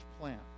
plant